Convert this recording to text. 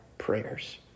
prayers